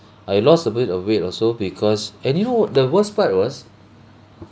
I lost a bit of weight also because and you know the worst part was